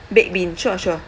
baked bean sure sure